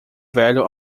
velho